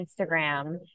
Instagram